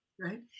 right